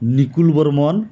Nikul Barman